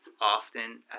often